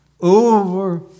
over